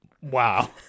Wow